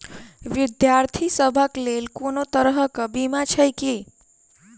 विद्यार्थी सभक लेल कोनो तरह कऽ बीमा छई की?